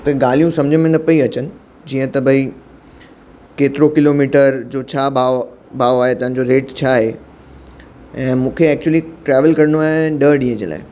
त गाल्हियूं सम्झ में न पई अचनि जीअं त भई केतिरो किलोमीटर जो छा भाव भाव आहे तव्हांजो रेट छा आहे ऐं मूंखे एक्चुअली ट्रेविल करिणो आहे ॾह ॾींहं जे लाइ